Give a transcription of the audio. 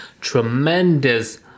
tremendous